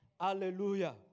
Hallelujah